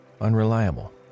unreliable